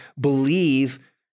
believe